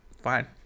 Fine